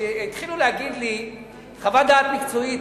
כשהתחילו להגיד לי "חוות דעת מקצועית",